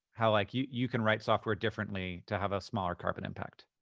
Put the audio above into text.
how like, you you can write software differently to have a smaller carbon impact?